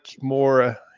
more